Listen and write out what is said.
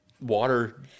water